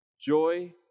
Joy